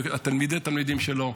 ותלמידי-התלמידים שלו,